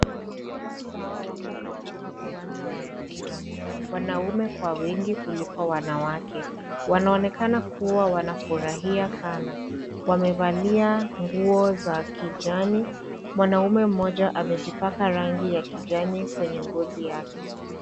Watu hawa wako katika uwanja wa mpira, wanaume kwa wengi kuliko wanawake, wanaonekana kuwa wanafurahia sana. Wamevalia nguo za kijani, mwanamme mmoja amejipaka rangi ya kijani kwenye ngozi yake.